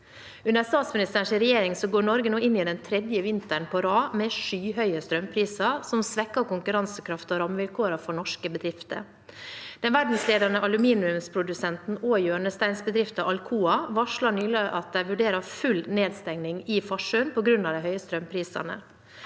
Under statsministerens regjering går Norge nå inn i den tredje vinteren på rad med skyhøye strømpriser som svekker konkurransekraften og rammevilkårene for norske bedrifter. Den verdensledende aluminiumsprodusenten og hjørnesteinsbedriften Alcoa varslet nylig at den vurderer full nedstenging i Farsund på grunn av de høye strømprisene.